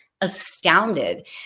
astounded